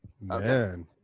Man